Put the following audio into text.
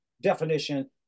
definition